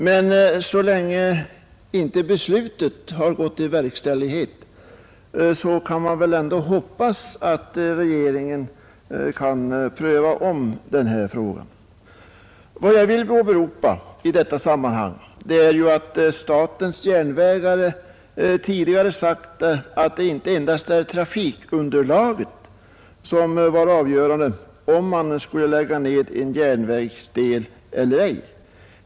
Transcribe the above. Men så länge beslutet inte har gått i verkställighet kan man ändå hoppas att regeringen kan ompröva den här frågan. Vad jag vill åberopa i sammanhanget är ju att statens järnvägar tidigare sagt att det inte endast är trafikunderlaget som avgör om en järnvägsdel skall läggas ned eller ej.